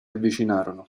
avvicinarono